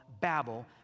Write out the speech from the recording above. Babel